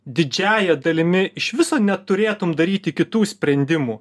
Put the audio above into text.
didžiąja dalimi iš viso neturėtum daryti kitų sprendimų